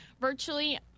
virtually